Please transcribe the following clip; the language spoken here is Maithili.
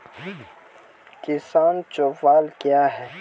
किसान चौपाल क्या हैं?